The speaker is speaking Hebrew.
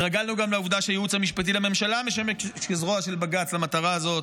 התרגלנו גם לעובדה שהיועץ המשפטי לממשלה משמש כזרוע של בג"ץ למטרה הזאת,